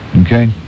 Okay